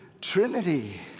Trinity